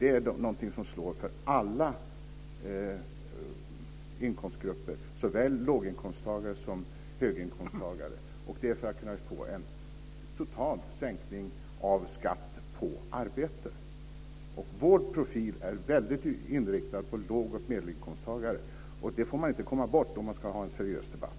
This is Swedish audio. Det är någonting som slår för alla inkomstgrupper, såväl låginkomsttagare som höginkomsttagare - detta för att kunna få en total sänkning av skatt på arbete. Vår profil är väldigt tydligt inriktad på låg och medelinkomsttagare. Det får man inte glömma bort om man ska ha en seriös debatt.